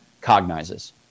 cognizes